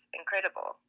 incredible